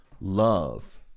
Love